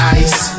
ice